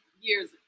years